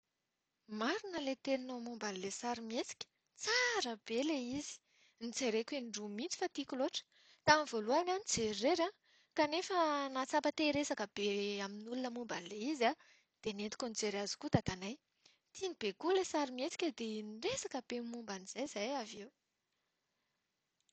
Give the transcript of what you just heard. Marina ilay teninao momba ilay sarimihetsika, tsara be ilay izy! Nojereko in-droa mihitsy fa tiako loatra. Tamin'ny voalohany aho nijery irery an, kanefa nahatsapa te-hiresaka be amin'olona momba izy io aho ka nentiko nijery azy koa i dadanay. Tiany be koa ilay sarimihetsika dia niresaka be momba an'izay izahay avy eo.